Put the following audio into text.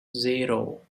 zero